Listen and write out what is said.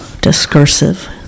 discursive